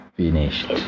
finished